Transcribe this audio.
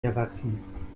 erwachsen